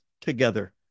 together